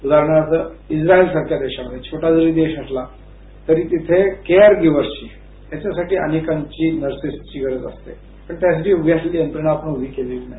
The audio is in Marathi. उदाहरणार्थ झाईल सारख्या देशामध्ये छोटा जरी देश असला तरी तिथे केअर गीव्हर्स याच्यासाठी अनेकांची नर्सेसची गरज असते पण त्यासाठी उपयोगी अशी यंत्रणा केलेली नाही